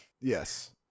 Yes